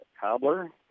Cobbler